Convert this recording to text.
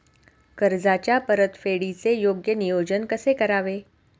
कर्जाच्या परतफेडीचे योग्य नियोजन कसे करावे?